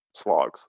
slogs